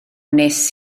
wnes